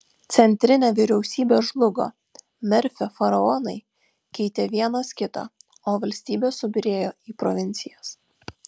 centrinė vyriausybė žlugo merfio faraonai keitė vienas kitą o valstybė subyrėjo į provincijas